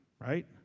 Right